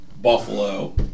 Buffalo